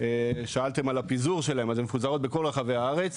שאלתם על הפיזור שלהם אז הן מפוזרות ברחבי הארץ.